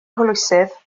hwylusydd